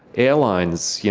airlines, you